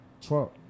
Trump